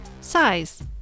size